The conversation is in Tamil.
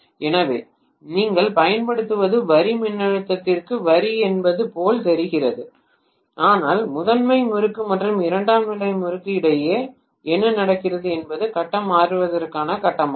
எனவே நீங்கள் பயன்படுத்துவது வரி மின்னழுத்தத்திற்கு வரி என்பது போல் தெரிகிறது ஆனால் முதன்மை முறுக்கு மற்றும் இரண்டாம் நிலை முறுக்கு இடையே என்ன நடக்கிறது என்பது கட்டம் மாற்றுவதற்கான கட்டமாகும்